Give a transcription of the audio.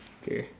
K